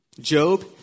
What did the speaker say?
Job